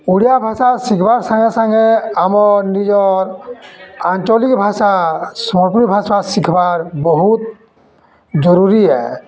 ଓଡ଼ିଆ ଭାଷା ଶିଖ୍ବାର ସାଙ୍ଗେ ସାଙ୍ଗେ ଆମର୍ ନିଜର୍ ଆଞ୍ଚଲିକ୍ ଭାଷା ସମ୍ବଲପୁରୀ ଭାଷା ଶିଖବାର୍ ବହୁତ୍ ଜରୁରୀ ଆଏ